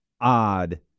odd